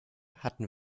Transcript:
hatten